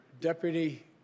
Deputy